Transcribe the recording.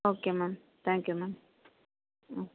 okay ma'am thank you ma'am ம்